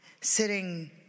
sitting